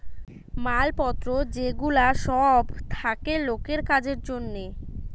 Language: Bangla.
মাল পত্র যে গুলা সব থাকে লোকের কাজের জন্যে